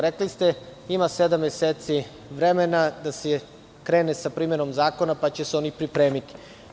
Rekli ste – ima sedam meseci vremena da se krene sa primenom zakona, pa će se oni primeniti.